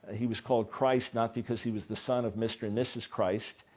he was called christ not because he was the son of mr. and mrs. christ,